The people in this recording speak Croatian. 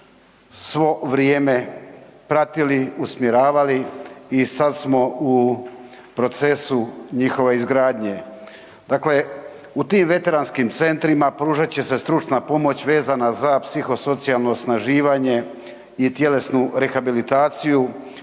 svo vrijeme pratili, usmjeravali i sad smo u procesu njihove izgradnje. Dakle, u tim veteranskim centrima pružat će se stručna pomoć vezana za psiho-socijalno osnaživanje i tjelesnu rehabilitaciju,